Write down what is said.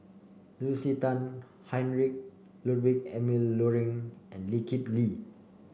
Lucy Tan Heinrich Ludwig Emil Luering and Lee Kip Lee